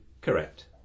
Correct